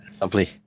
lovely